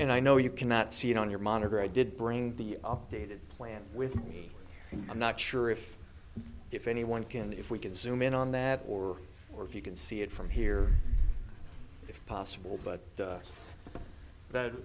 and i know you cannot see it on your monitor i did bring the updated plan with me and i'm not sure if if anyone can if we could zoom in on that or if you can see it from here if possible but that